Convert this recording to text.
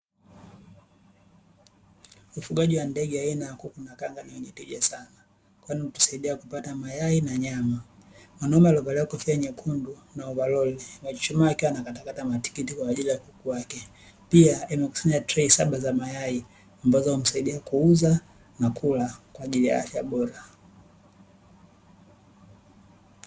Ufugaji wa ndege aina ya kuku na kanga ni wenye tija sana kwani, hutusaidia kupata mayai na nyama. Mwanaume aliyevalia kofia nyekundu na ovarori imechuchumaa akiwa anakatakata matikiti kwa ajili ya kuku wake. pia, amekusanya treni saba za mayai ambazo humsaidia kuuza na kula kwa ajili ya afya bora.